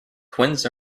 twins